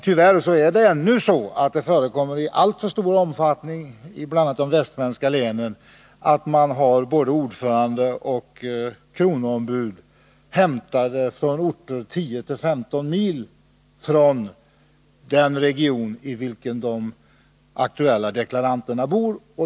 Tyvärr förekommer det ännu i alltför stor omfattning, bl.a. i de västsvenska länen, att både ordförande och kronoombud är hämtade från orter som ligger 10-15 mil från den region i vilken de aktuella deklaranterna bor.